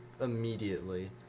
immediately